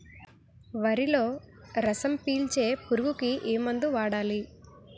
వరిలో రసం పీల్చే పురుగుకి ఏ మందు వాడాలి?